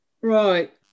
Right